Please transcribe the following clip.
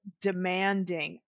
demanding